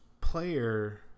player